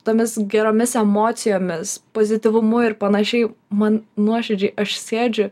tomis geromis emocijomis pozityvumu ir panašiai man nuoširdžiai aš sėdžiu